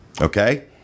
Okay